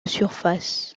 surface